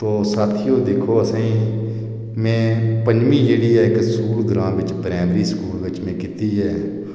तो साथियो दिक्खो असेंई में पञमी जेह्ड़ी ऐ इक स्कूल ग्रां बिच प्रैमरी स्कूल बिच में कीत्ती ऐ